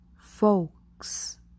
folks